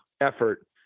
effort